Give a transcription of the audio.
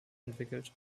entwickelt